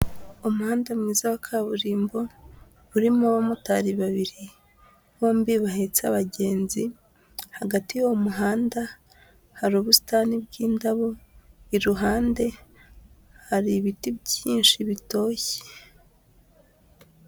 Umuhanda mwiza wa kaburimbo urimo abamotari babiri bombi bahenzi abagenzi, hagati y'uwo muhanda hari ubusitani bw'indabo, iruhande hari ibiti byinshi bitoshye.